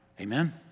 amen